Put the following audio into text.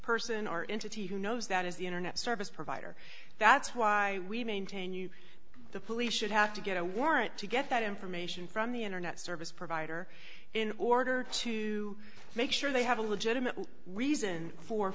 person or entity who knows that is the internet service provider that's why we maintain you the police should have to get a warrant to get that information from the internet service provider in order to make sure they have a legitimate reason for